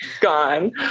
gone